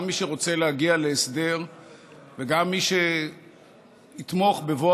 גם מי שרוצה להגיע להסדר וגם מי שיתמוך בבוא